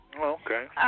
Okay